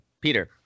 Peter